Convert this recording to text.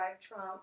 Trump